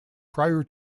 prior